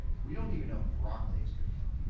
we don't even know if broccoli is good for you.